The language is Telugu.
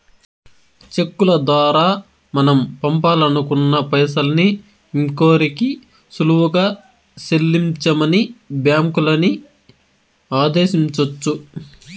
చెక్కుల దోరా మనం పంపాలనుకున్న పైసల్ని ఇంకోరికి సులువుగా సెల్లించమని బ్యాంకులని ఆదేశించొచ్చు